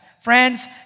Friends